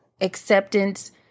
acceptance